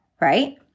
right